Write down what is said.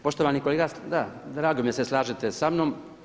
Poštovani kolega, da drago mi je da se slažete sa mnom.